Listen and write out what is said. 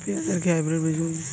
পেঁয়াজ এর কি হাইব্রিড বীজ হয়?